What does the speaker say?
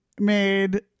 made